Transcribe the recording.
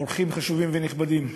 אורחים חשובים ונכבדים,